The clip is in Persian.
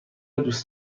دوست